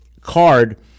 card